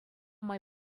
май